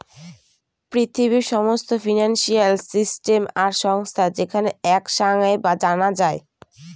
পৃথিবীর সমস্ত financial system আর সংস্থা যেখানে এক সাঙে জানা যায়